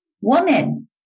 Woman